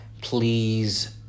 Please